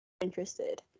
Interested